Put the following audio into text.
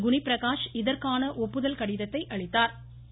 குவிபிரகாஷ் இதற்கான ஒப்புதல் கடிதத்தை அளித்தாா்